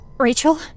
Rachel